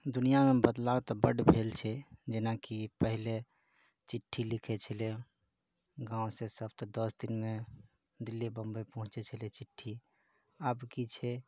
दुनिआमे बदलाव तऽ बड्ड भेल छै जेना कि पहिले चिट्ठी लिखै छलै गाँवसॅं सब तऽ दस दिनमे दिल्ली बम्बई पहुँचै छलै चिट्ठी आब की छै